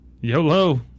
YOLO